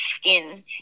skin